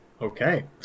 okay